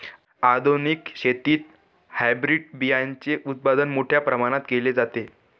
आधुनिक शेतीत हायब्रिड बियाणाचे उत्पादन मोठ्या प्रमाणात केले जाते